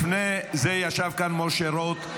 לפני זה ישב כאן משה רוט,